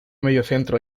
mediocentro